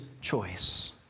choice